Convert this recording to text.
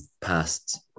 past